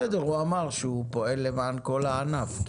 בסדר, הוא אמר שהוא פועל למען כל הענף.